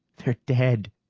they're dead!